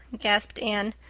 gasped anne.